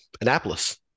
Annapolis